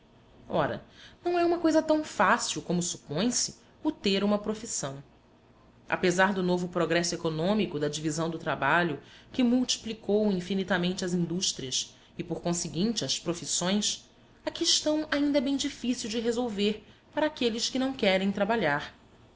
ora não é uma coisa tão fácil como supõe se o ter uma profissão apesar do novo progresso econômico da divisão do trabalho que multiplicou infinitamente as indústrias e por conseguinte as profissões a questão ainda é bem difícil de resolver para aqueles que não querem trabalhar